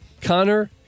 Connor